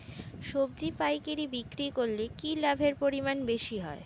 সবজি পাইকারি বিক্রি করলে কি লাভের পরিমাণ বেশি হয়?